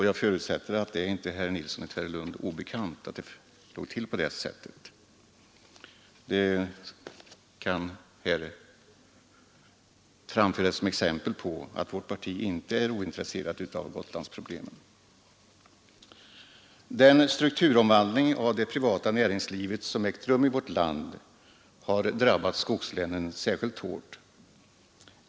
Jag förutsätter att det inte är herr Nilsson i Tvärålund obekant att det ligger till på det sättet. Det kan anföras som exempel på att vårt parti inte är ointresserat av Gotlandsproblemen. Den strukturomvandling av det privata näringslivet som ägt rum i vårt land har drabbat skogslänen särskilt hårt.